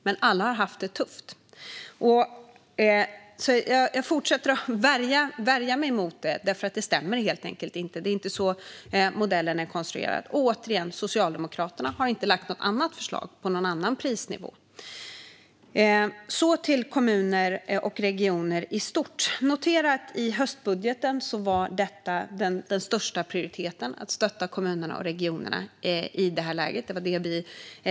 Men alla har haft det tufft. Jag fortsätter att värja mig mot det som sägs. Det stämmer helt enkelt inte. Det är inte så modellen är konstruerad. Återigen: Socialdemokraterna har inte lagt fram något annat förslag på någon annan prisnivå. Så till frågan om kommuner och regioner i stort. Man kan notera i höstbudgeten att den högsta prioriteten var att stötta kommunerna och regionerna i det här läget.